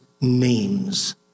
names